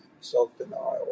self-denial